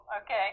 okay